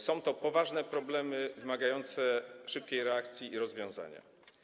Są to poważne problemy wymagające szybkiej reakcji i rozwiązania.